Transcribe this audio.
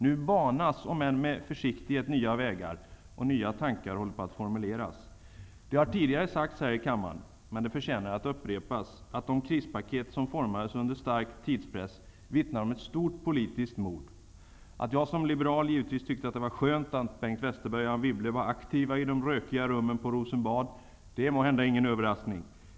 Nu banas om än med försiktighet nya vägar, och nya tankar håller på att formuleras. Det har tidigare sagts här i kammaren -- men det förtjänar att upprepas -- att de krispaket som formades under stark tidspress vittnar om ett stort politiskt mod. Att jag som liberal givetvis tyckte att det var skönt att Bengt Westerberg och Anne Wibble var aktiva i de rökiga rummen på Rosenbad, är måhända ingen överraskning.